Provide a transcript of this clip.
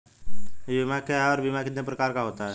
बीमा क्या है और बीमा कितने प्रकार का होता है?